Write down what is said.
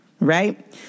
right